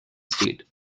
state